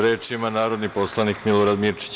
Reč ima narodni poslanik Milorad Mirčić.